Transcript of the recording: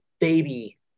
baby